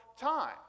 time